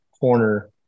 corner